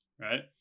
right